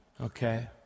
Okay